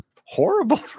horrible